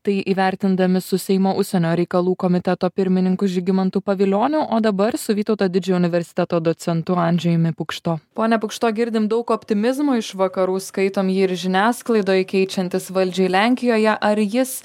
tai įvertindami su seimo užsienio reikalų komiteto pirmininku žygimantu pavilioniu o dabar su vytauto didžiojo universiteto docentu andžejumi pukšto pone pukšto girdim daug optimizmo iš vakarų skaitom jį ir žiniasklaidoj keičiantis valdžiai lenkijoje ar jis